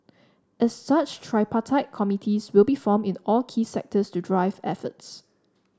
as such tripartite committees will be formed in all key sectors to drive efforts